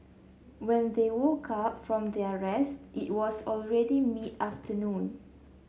when they woke up from their rest it was already mid afternoon